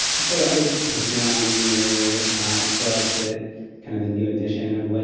so i was poking around in your book, that kind of a new edition of like